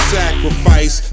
sacrifice